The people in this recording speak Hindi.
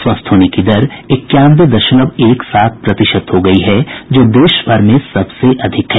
स्वस्थ होने की दर इक्यानवे दशमलव एक सात प्रतिशत हो गयी है जो देश भर में सबसे अधिक है